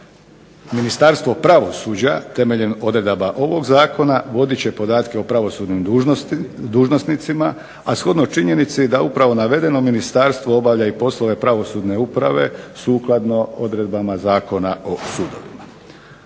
Ministarstvo pravosuđa temeljem odredaba ovog zakona vodit će podatke o pravosudnim dužnosnicima, a shodno činjenici da upravo navedeno ministarstvo obavlja i poslove pravosudne uprave sukladno odredbama Zakona o sudovima.